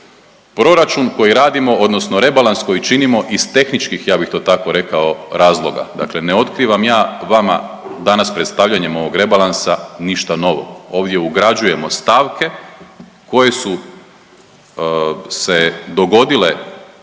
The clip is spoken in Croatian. proračun koji radimo odnosno rebalans koji činimo iz tehničkih, ja bih to tako rekao, razloga. Dakle ne otkrivam ja vama danas predstavljanjem ovog rebalansa ništa novo. Ovdje ugrađujemo stavke koje su se dogodile